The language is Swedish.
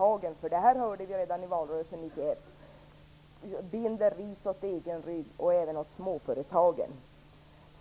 Jag är rädd för att Centern i sin iver att värna småföretagen binder ris åt egen rygg och även åt småföretagen.